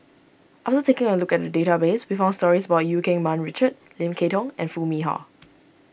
after taking a look at the database we found stories about Eu Keng Mun Richard Lim Kay Tong and Foo Mee Har